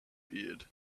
beard